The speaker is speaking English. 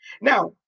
Now